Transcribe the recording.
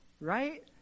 right